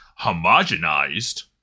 homogenized